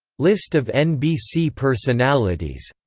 list of nbc personalities